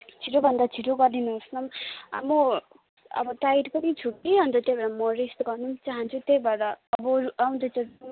छिटो भन्दा छिटो गरिदिनुहोस न म अब टायर्ड पनि छु कि अन्त त्यही भएर म रेस्ट गर्न चाहन्छु त्यही भएर